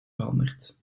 veranderd